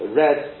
red